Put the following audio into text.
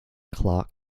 clark